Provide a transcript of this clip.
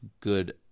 good